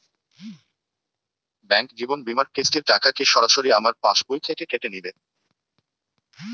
Bank জীবন বিমার কিস্তির টাকা কি সরাসরি আমার পাশ বই থেকে কেটে নিবে?